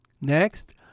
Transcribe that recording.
Next